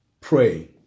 pray